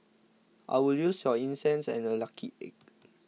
I will use your incense and a lucky egg